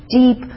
deep